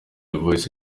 voice